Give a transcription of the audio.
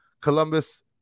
Columbus